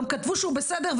כתבו שהוא בסדר,